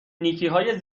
نیکیهای